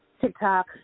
TikTok